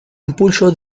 impulso